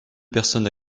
personne